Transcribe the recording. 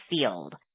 field